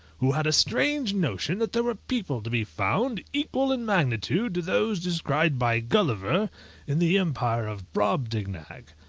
who had a strange notion that there were people to be found equal in magnitude to those described by gulliver in the empire of brobdignag.